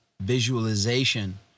visualization